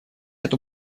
эту